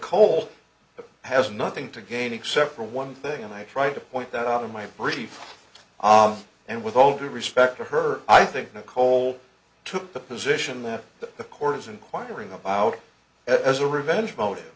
that has nothing to gain except for one thing and i tried to point that out in my brief and with all due respect to her i think nicole took the position that the court is inquiring about as a revenge motive